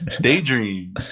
Daydream